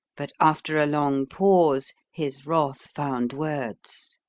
but after a long pause his wrath found words.